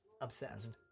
obsessed